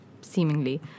seemingly